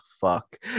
Fuck